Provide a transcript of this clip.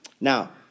Now